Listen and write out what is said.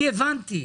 אני הבנתי.